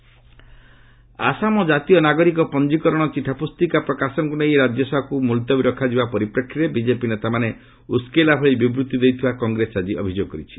Congress RS NRC Assam ଜାତୀୟ ନାଗରିକ ପଞ୍ଜିକରଣ ଚିଠା ପୁସ୍ତିକା ପ୍ରକାଶନକୁ ନେଇ ରାଜ୍ୟସଭାକୁ ମୁଲତବୀ ରଖାଯିବା ପରିପ୍ରେକ୍ଷୀରେ ବିଜେପି ନେତାମାନେ ଉସ୍କେଇଲା ଭଳି ବିବୃତ୍ତି ଦେଇଥିବା କଂଗ୍ରେସ ଆଜି ଅଭିଯୋଗ କରିଛି